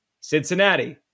Cincinnati